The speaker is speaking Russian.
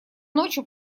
ночью